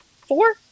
four